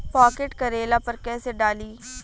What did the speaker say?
Pocket करेला पर कैसे डाली?